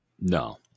No